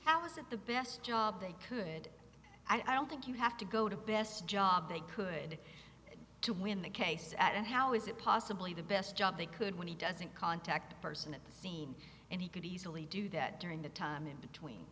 how is it the best job they could i don't think you have to go to the best job they could to win the case at how is it possibly the best job they could when he doesn't contact person at the scene and he could easily do that during the time in between